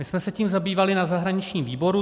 My jsme se tím zabývali na zahraničním výboru.